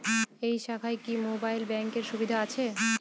এই শাখায় কি মোবাইল ব্যাঙ্কের সুবিধা আছে?